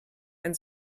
ein